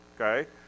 okay